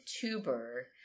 tuber